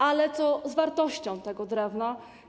Ale co z wartością tego drewna?